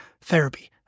therapy